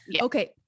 Okay